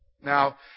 Now